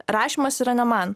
rašymas yra ne man